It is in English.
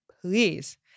please